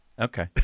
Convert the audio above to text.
Okay